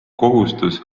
kohustus